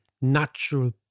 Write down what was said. natural